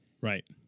Right